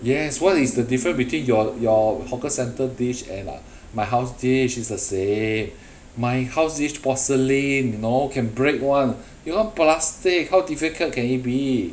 yes what is the difference between your your hawker centre dish and uh my house dish it's the same my house dish porcelain know can break [one] your [one] plastic how difficult can it be